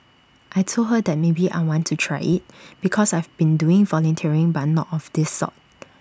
I Told her that maybe I want to try IT because I've been doing volunteering but not of this sort